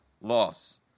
loss